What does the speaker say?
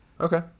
Okay